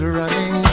running